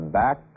back